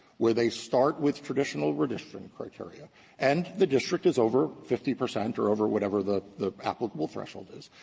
where they start with traditional redistricting criteria and the district is over fifty percent or over whatever the the applicable threshold is,